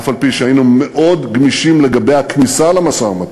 אף-על-פי שהיינו מאוד גמישים לגבי הכניסה למשא-ומתן,